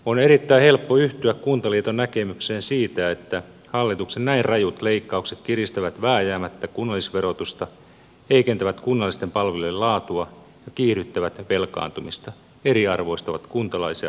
on erittäin helppo yhtyä kuntaliiton näkemykseen siitä että hallituksen näin rajut leikkaukset kiristävät vääjäämättä kunnallisverotusta heikentävät kunnallisten palvelujen laatua ja kiihdyttävät velkaantumista eriarvoistavat kuntalaisia ja koko kuntakenttää